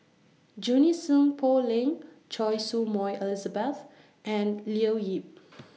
Junie Sng Poh Leng Choy Su Moi Elizabeth and Leo Yip